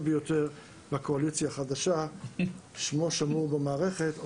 ביותר בקואליציה החדשה ששמו שמור במערכת.